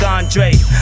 Andre